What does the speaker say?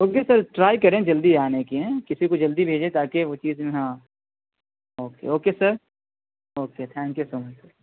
okay sir try کریں جلدی آنے کی آں کسی کو جلدی بھیجیں تاکہ وہ چیز یہاں okay okay sir okay thank you so much sir